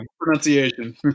Pronunciation